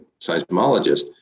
seismologist